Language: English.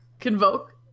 Convoke